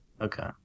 Okay